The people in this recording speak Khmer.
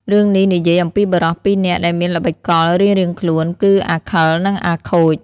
រឿងនេះនិយាយអំពីបុរសពីរនាក់ដែលមានល្បិចកលរៀងៗខ្លួន គឺ អាខិល និង អាខូច។